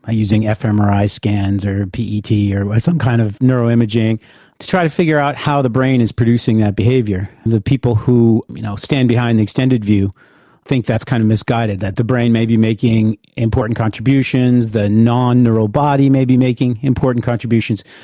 ah using fmri scans or pet yeah or or some kind of neuroimaging to try to figure out how the brain is producing that behaviour. the people who you know stand behind the extended view think that's kind of misguided, that the brain may be making important contributions, the non-neural body may be making important contributions,